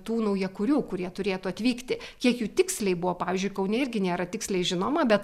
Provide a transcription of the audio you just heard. tų naujakurių kurie turėtų atvykti kiek jų tiksliai buvo pavyzdžiui kaune irgi nėra tiksliai žinoma bet